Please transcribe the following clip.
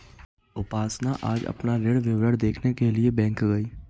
उपासना आज अपना ऋण विवरण देखने के लिए बैंक गई